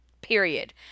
period